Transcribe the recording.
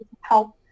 help